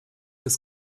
des